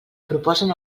proposen